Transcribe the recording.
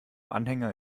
anhänger